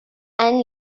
and